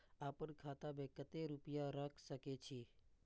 आपन खाता में केते रूपया रख सके छी?